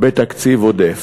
בתקציב עודף.